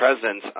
presence